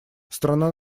страна